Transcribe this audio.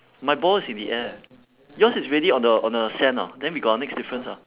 my ball is in the air yours is already on the on the sand ah then we got our next difference ah